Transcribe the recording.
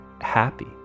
happy